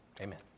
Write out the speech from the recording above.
Amen